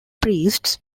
priests